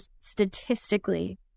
statistically